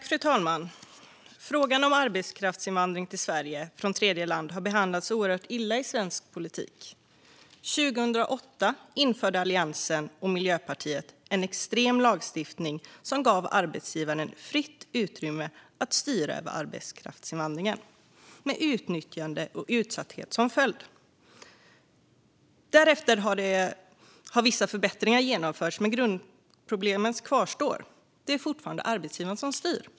Fru talman! Frågan om arbetskraftsinvandring till Sverige från tredjeland har behandlats oerhört illa i svensk politik. År 2008 införde Alliansen och Miljöpartiet en extrem lagstiftning som gav arbetsgivaren fritt utrymme att styra över arbetskraftsinvandringen med utnyttjande och utsatthet som följd. Därefter har vissa förbättringar genomförts, men grundproblemet kvarstår, nämligen att det fortfarande är arbetsgivaren som styr.